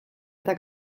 eta